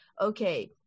okay